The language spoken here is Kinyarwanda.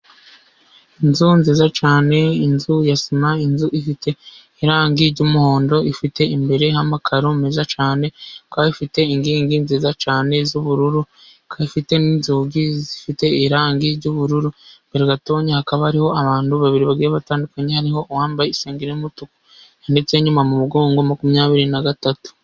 Inzu nziza cyane, inzu ya sima, inzu ifite irangi ry'umuhondo. Ifite imbere amakaro meza cyane ikaba ifite inkingi nziza cyane z'ubururu, ikaba afite n'inzugi zifite irangi ry'ubururu imbere gatoya hakaba hariho abantu babiri bagiye batandukanye, hariho uwambaye isengeri y'umutuku yanditseho inyuma mu mugongo makumyabiri na gatatu.